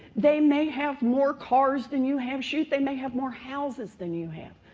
they may have more cars than you have, shoot, they may have more houses than you have,